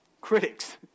critics